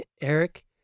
Eric